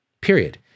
period